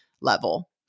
level